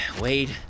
Wade